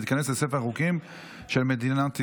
ותיכנס לספר החוקים של מדינת ישראל.